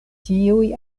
tiuj